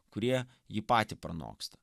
kurie jį patį pranoksta